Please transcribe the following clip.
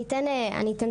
אני אתן דוגמה.